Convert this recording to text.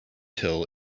hill